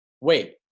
wait